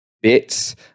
bits